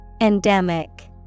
Endemic